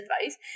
advice